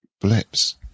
blips